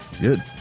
Good